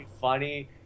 funny